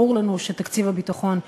ברור לנו שתקציב הביטחון,